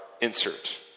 insert